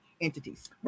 entities